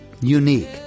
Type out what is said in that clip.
unique